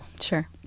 Sure